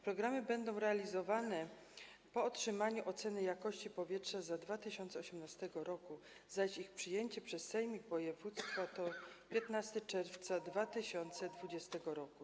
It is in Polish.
Programy będą realizowane po otrzymaniu oceny jakości powietrza za 2018 r., zaś termin ich przyjęcia przez sejmik województwa to 15 czerwca 2020 r.